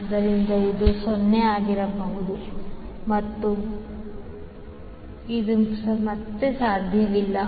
ಆದ್ದರಿಂದ ಇದು 0 ಆಗಿರಬಾರದು ಇದು ಮತ್ತೆ ಸಾಧ್ಯವಿಲ್ಲ